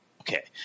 okay